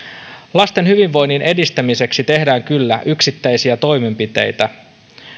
lasten hyvinvoinnin edistämiseksi tehdään kyllä yksittäisiä toimenpiteitä